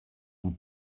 vous